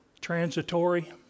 Transitory